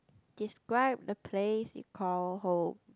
describe the place you call home